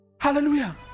Hallelujah